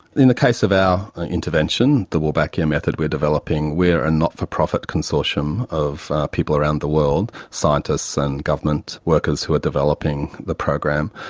in the case of our intervention, the wolbachia method we are developing, we are a not-for-profit consortium of people around the world, scientists and government workers who are developing the program.